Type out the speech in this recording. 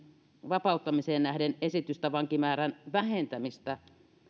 vapauttamiseen nähden esitystä vankimäärän vähentämisestä